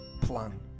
plan